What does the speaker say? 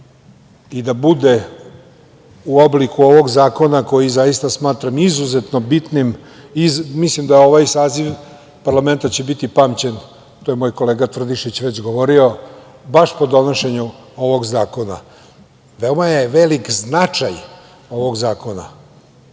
i da bude u obliku ovog zakona, koji zaista smatram izuzetno bitnim i mislim da će ovaj saziv parlamenta biti pamćen, to je moj kolega Tvrdišić već govorio, baš po donošenju ovog zakona. Veoma je veliki značaj ovog zakona,